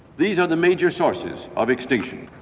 these are the major sources of extinction.